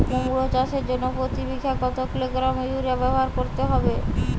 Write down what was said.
কুমড়ো চাষের জন্য প্রতি বিঘা কত কিলোগ্রাম ইউরিয়া ব্যবহার করতে হবে?